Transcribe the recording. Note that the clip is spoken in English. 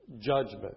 judgment